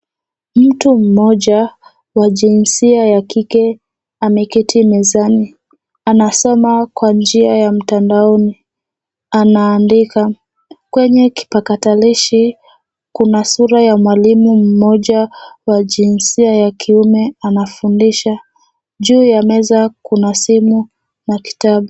Mtu mmoja wa jinsia ya kike ameketi mezani. Anasoma kwa njia ya mtandaoni. Anaandika. Kwenye kipakatalishi, kuna sura ya mwalimu mmoja wa jinsia ya kiume anafundisha. Juu ya meza kuna simu na kitabu.